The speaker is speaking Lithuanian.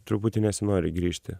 truputį nesinori grįžti